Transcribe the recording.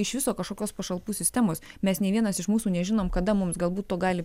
iš viso kažkokios pašalpų sistemos mes nei vienas iš mūsų nežinom kada mums galbūt to gali